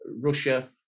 Russia